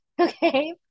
Okay